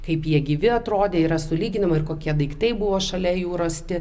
kaip jie gyvi atrodė yra sulyginama ir kokie daiktai buvo šalia jų rasti